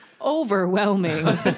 Overwhelming